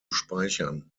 speichern